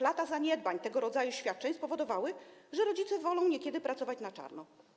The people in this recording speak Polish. Lata zaniedbań tego rodzaju świadczeń spowodowały, że rodzice wolą niekiedy pracować na czarno.